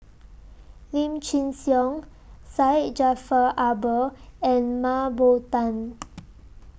Lim Chin Siong Syed Jaafar Albar and Mah Bow Tan